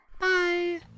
bye